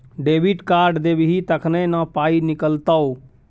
debit card देबही तखने न पाइ निकलतौ